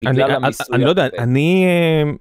אני לא יודע אני.